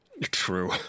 True